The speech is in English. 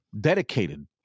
dedicated